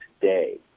today